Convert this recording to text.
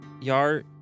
Yar